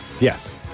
Yes